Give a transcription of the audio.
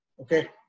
okay